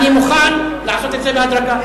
אני מוכן לעשות את זה בהדרגה.